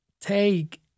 take